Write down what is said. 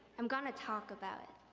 i'm gonna talk about it.